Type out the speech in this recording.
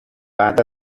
بعد